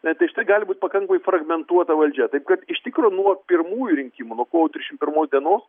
tai štai gali būt pakankamai fragmentuota valdžia taip kad iš tikro nuo pirmųjų rinkimų nuo kovo trisdešimt pirmos dienos